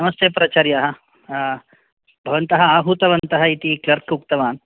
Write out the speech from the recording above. नमस्ते प्राचार्याः भवन्तः आहूतवन्तः इति क्लर्क् उक्तवान्